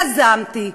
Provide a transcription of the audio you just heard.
יזמתי,